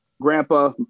Grandpa